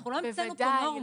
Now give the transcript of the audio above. אנחנו לא המצאנו פה נורמות.